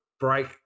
break